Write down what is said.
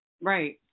Right